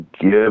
Give